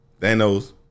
Thanos